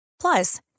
Plus